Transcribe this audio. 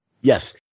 Yes